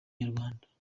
nyarwanda